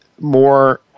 more